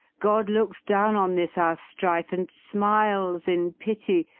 god looks down on this our strife and smiles in pity,